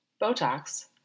Botox